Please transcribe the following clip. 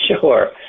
Sure